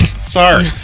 Sorry